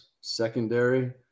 secondary